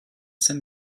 some